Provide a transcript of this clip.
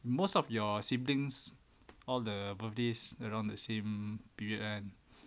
most of your siblings all the birthday is around the same period kan